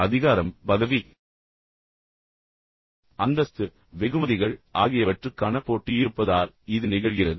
அதிகாரம் பதவி அந்தஸ்து வெகுமதிகள் ஆகியவற்றுக்கான போட்டி இருப்பதால் இது நிகழ்கிறது